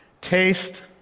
Taste